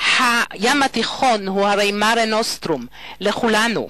הים התיכון הוא הרי "מארה נוסטרום" לכולנו.